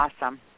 Awesome